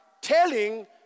telling